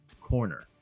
corner